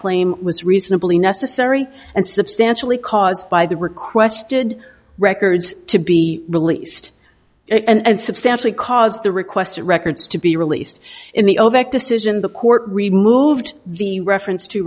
claim was reasonably necessary and substantially caused by the requested records to be released it and substantially cause the request records to be released in the overall decision the court removed the reference to